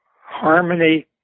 harmony